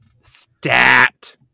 Stat